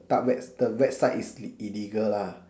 dark web the website is illegal lah